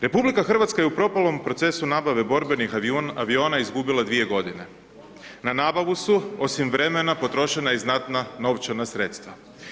RH je u propalom procesu nabave borbenih aviona izgubila 2 g. Na nabavu su osim vremena potrošena i znatna novčana sredstava.